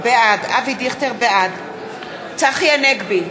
בעד צחי הנגבי,